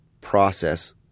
process